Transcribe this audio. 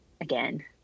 again